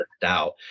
doubt